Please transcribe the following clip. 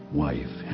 wife